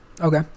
okay